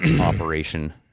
operation